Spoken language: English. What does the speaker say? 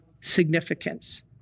significance